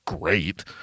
great